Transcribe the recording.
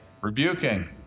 rebuking